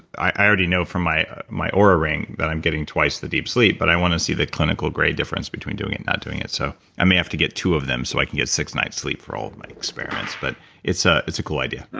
i already know from my my oura ring that i'm getting twice the deep sleep, but i want to see the clinical grade difference between doing it and not doing it. so i may have to get two of them so i can get six nights sleep for all of my experiments, but it's ah it's a cool idea